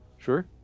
Sure